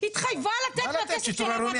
שיטור העירוני,